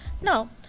Now